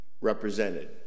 represented